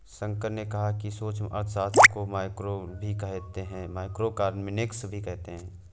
शंकर ने कहा कि सूक्ष्म अर्थशास्त्र को माइक्रोइकॉनॉमिक्स भी कहते हैं